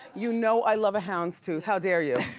you know i love a houndstooth, how dare you?